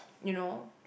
you know